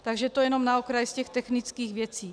Takže to jenom na okraj z těch technických věcí.